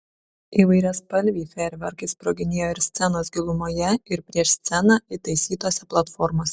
įvairiaspalviai fejerverkai sproginėjo ir scenos gilumoje ir prieš sceną įtaisytose platformose